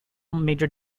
major